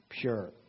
pure